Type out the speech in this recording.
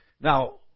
Now